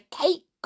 cake